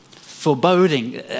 foreboding